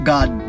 God